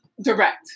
direct